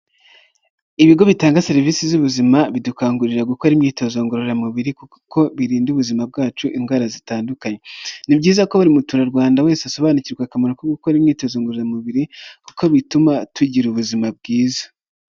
Ibigo bitanga serivisi z'ubuzima bidukangurira gukora imyitozo ngororamubiri kuko birinda ubuzima bwacu indwara zitandukanye. N'ibyiza ko buri muturarwanda wese asobanukirwa akamaro ko gukora imyitozo ngororamubiri, kuko bituma tugira ubuzima bwiza.